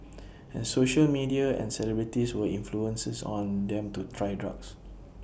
and social media and celebrities were influences on them to try drugs